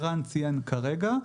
שערן ציין כרגע,